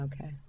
Okay